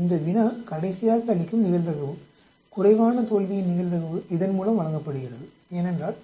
இந்த வினா கடைசியாக அளிக்கும் நிகழ்தகவு குறைவான தோல்வியின் நிகழ்தகவு இதன் மூலம் வழங்கப்படுகிறது ஏனென்றால்